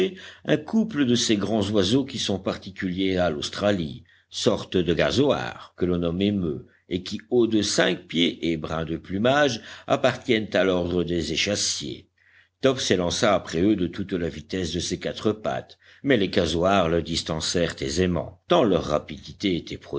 un couple de ces grands oiseaux qui sont particuliers à l'australie sortes de casoars que l'on nomme émeus et qui hauts de cinq pieds et bruns de plumage appartiennent à l'ordre des échassiers top s'élança après eux de toute la vitesse de ses quatre pattes mais les casoars le distancèrent aisément tant leur rapidité était